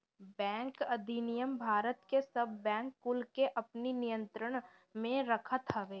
bank अधिनियम भारत के सब बैंक कुल के अपनी नियंत्रण में रखत हवे